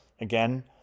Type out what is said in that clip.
Again